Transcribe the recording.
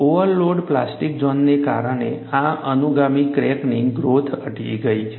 overload plastic ઝોનને કારણે આ અનુગામી ક્રેકની ગ્રોથ અટકી ગઈ છે